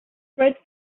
spread